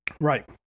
Right